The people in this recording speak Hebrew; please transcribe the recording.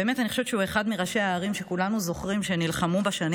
באמת אני חושבת שהוא אחד מראשי הערים שכולנו זוכרים שנלחמו בשנים